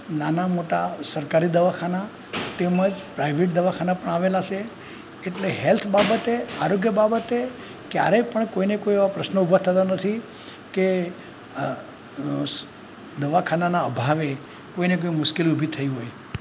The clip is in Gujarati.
નાના મોટા સરકારી દવાખાના તેમ જ પ્રાઈવેટ દવાખાના પણ આવેલા છે એટલે હેલ્થ બાબતે આરોગ્ય બાબતે કયારેય પણ કોઈને કોઇ એવા પ્રશ્ન ઊભા થતાં નથી કે અ દવાખાનાના અભાવે કોઈને કોઈ મુશ્કેલી ઊભી થઈ હોય